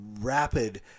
rapid